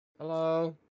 Hello